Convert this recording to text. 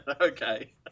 Okay